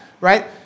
right